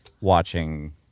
watching